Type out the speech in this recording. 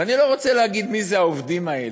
ואני לא רוצה להגיד מיהם העובדים האלה,